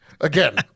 Again